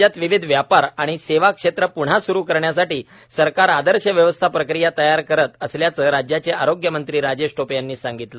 राज्यात विविध व्यापार आणि सेवा क्षेत्र प्न्हा सुरू करण्यासाठी सरकार आदर्श व्यवस्था प्रक्रिया तयार करत असल्याचं राज्याचे आरोग्य मंत्री राजेश टोपे यांनी सांगितलं